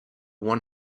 one